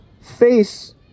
face